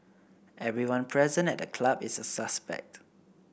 everyone present at the club is a suspect